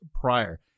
prior